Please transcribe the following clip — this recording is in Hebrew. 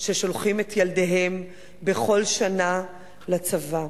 ששולחים את ילדיהם בכל שנה לצבא.